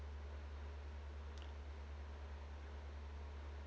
oh